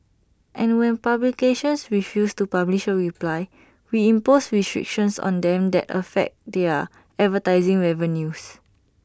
and when publications refuse to publish A reply we impose restrictions on them that affect their advertising revenues